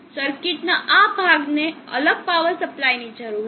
સર્કિટના આ ભાગને અલગ પાવર સપ્લાયની જરૂર છે